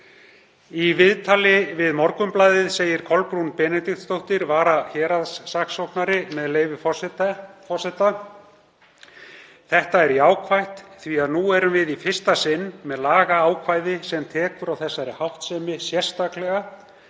Í viðtali við Morgunblaðið segir Kolbrún Benediktsdóttur varahéraðssaksóknari, með leyfi forseta: „Þetta er jákvætt því að nú erum við í fyrsta sinn með lagaákvæði sem tekur á þessari háttsemi sérstaklega,